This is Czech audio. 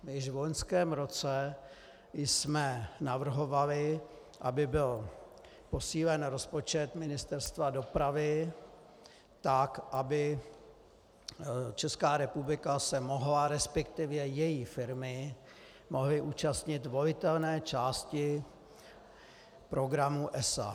Již v loňském roce jsme navrhovali, aby byl posílen rozpočet Ministerstva dopravy tak, aby Česká republika se mohla, resp. její firmy mohly účastnit volitelné části programu ESA.